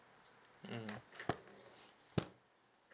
mm